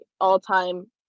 all-time